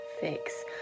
fix